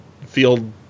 field